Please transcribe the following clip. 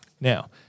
Now –